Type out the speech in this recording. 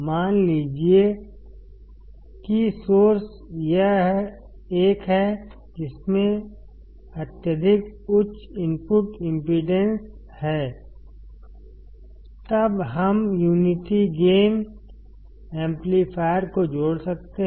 मान लीजिए कि सोर्स यह एक है जिसमें अत्यधिक उच्च इनपुट इम्पीडेन्स है तब हम यूनिटी गेन एम्पलीफायर को जोड़ सकते हैं